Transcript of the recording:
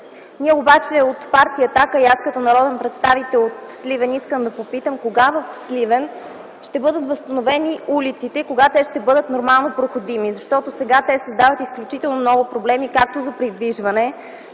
Ние обаче от партия „Атака” и аз, като народен представител от Сливен, искам да попитам: кога в Сливен ще бъдат възстановени улиците, кога те ще бъдат нормално проходими? Защото сега те създават изключително много проблеми както за придвижване,